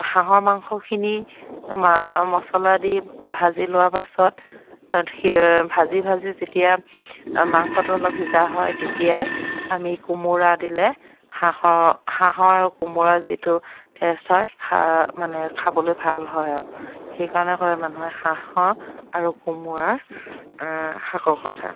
হাঁহৰ মাংসখিনি মচলা দি ভাজি লোৱাৰ পাছত ভাজি ভাজি যেতিয়া মাংসটো অলপ সিজা হয় তেতিয়াই আমি কোমোৰা দিলে হাঁহৰ হাঁহৰ কোমোৰাৰ যিটো টেষ্ট হয় খা মানে খাবলৈ ভাল হয় আৰু সেই কাৰণে কয় মানুহে হাঁহৰ আৰু কোমোৰাৰ শাকৰ কথা